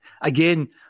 again